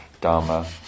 Dharma